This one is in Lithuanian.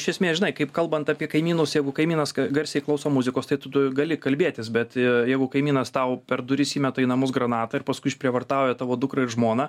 iš esmės žinai kaip kalbant apie kaimynus jeigu kaimynas garsiai klauso muzikos tai tu tu gali kalbėtis bet jeigu kaimynas tau per duris įmeta į namus granatą ir paskui išprievartauja tavo dukrą ir žmoną